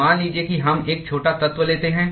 तो मान लीजिए कि हम एक छोटा तत्व लेते हैं